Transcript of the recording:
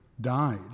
died